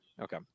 okay